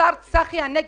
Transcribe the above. השר צחי הנגבי,